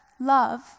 love